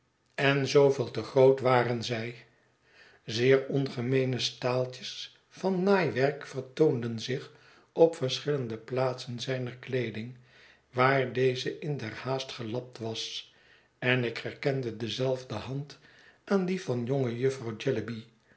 en zooveel te groot waren zij zeer ongemeene staaltjes van naaiwerk vertoonden zich op verschillende plaatsen zijner klceding waar deze in der haast gelapt was en ik herkende dezelfde hand aan die van jonge jufvrouw